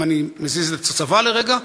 אם אני מזיז את הצבא לרגע,